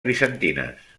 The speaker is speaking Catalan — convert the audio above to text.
bizantines